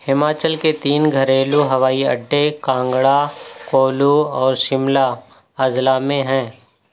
ہماچل کے تین گھریلو ہوائی اڈے کانگڑہ کولو اور شملہ اضلاع میں ہیں